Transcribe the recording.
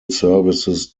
services